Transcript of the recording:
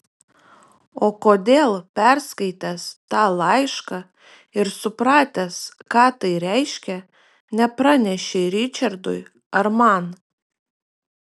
o kodėl perskaitęs tą laišką ir supratęs ką tai reiškia nepranešei ričardui ar man